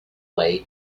way